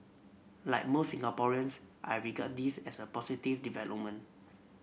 like most Singaporeans I regard this as a positive development